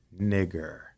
nigger